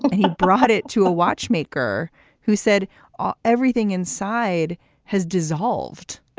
he brought it to a watchmaker who said everything inside has dissolved